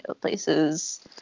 places